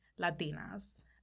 Latinas